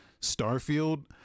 Starfield